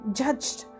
judged